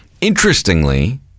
Interestingly